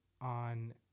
on